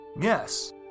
Yes